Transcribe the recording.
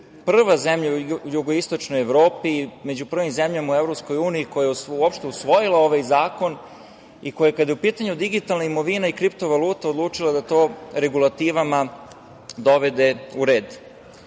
prva zemlja u Jugoistočne Evropi, među prvim zemljama u EU koja je uopšte usvojila ovaj Zakon i koja kada je u pitanju digitalna imovina i kriptovaluta odlučila da to regulativima dovede u red. Ono